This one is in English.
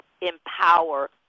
empower